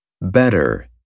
Better